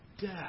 death